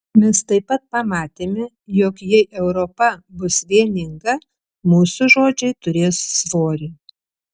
mes taip pat pamatėme jog jei europa bus vieninga mūsų žodžiai turės svorį